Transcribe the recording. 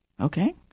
Okay